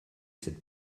cette